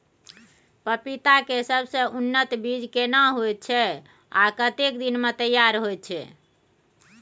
पपीता के सबसे उन्नत बीज केना होयत छै, आ कतेक दिन में तैयार होयत छै?